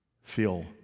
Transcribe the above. Feel